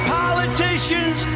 politicians